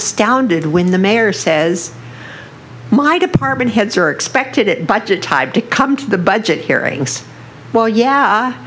astounded when the mayor says my department heads are expected at budget type to come to the budget hearings well yeah